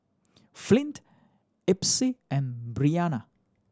Flint Epsie and Breana